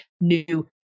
new